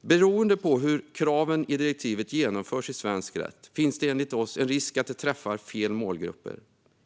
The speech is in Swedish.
Beroende på hur kraven i direktivet genomförs i svensk rätt finns det enligt oss en risk att det träffar fel målgrupper.